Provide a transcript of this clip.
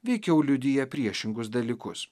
veikiau liudija priešingus dalykus